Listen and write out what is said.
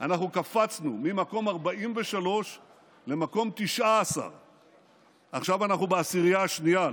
אנחנו קפצנו ממקום 43 למקום 19. עכשיו אנחנו בעשירייה השנייה,